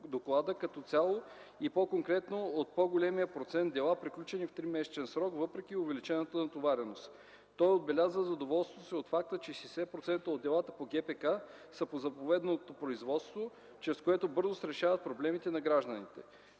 като цяло и по-конкретно от по-големия процент дела, приключили в 3-месечен срок, въпреки увеличената натовареност. Той отбеляза задоволството си и от факта, че 60% от делата по ГПК са по заповедното производство, чрез което бързо се решават проблемите на гражданите.